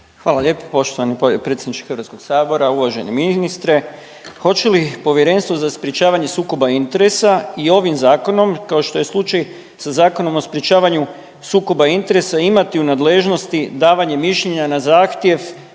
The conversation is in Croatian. Hvala lijepo poštovani predsjedniče Hrvatskog sabora. Uvaženi ministre, hoće li Povjerenstvo za sprječavanje sukoba interesa i ovim zakonom kao što je slučaj sa Zakonom o sprječavanju sukoba interesa imati u nadležnosti davanje mišljenja na zahtjev